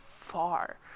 far